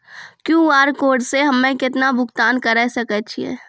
QR code से हम्मय केतना भुगतान करे सके छियै?